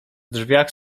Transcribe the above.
drzwiach